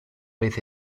vez